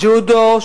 ג'ודו,